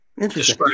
interesting